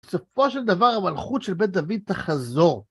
בסופו של דבר המלכות של בן דוד תחזור.